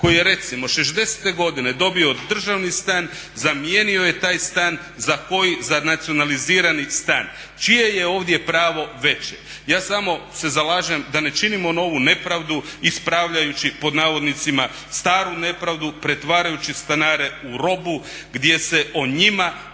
koji je recimo '60.-te godine dobio državni stan, zamijenio je taj stan za koji? Za nacionalizirani stan. Čije je ovdje pravo veće? Ja samo se zalažem da ne činimo novu nepravdu ispravljajući pod navodnicima staru nepravdu, pretvarajući stanare u robu gdje se o njima manje